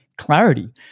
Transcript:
Clarity